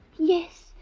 Yes